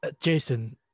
Jason